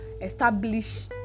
establish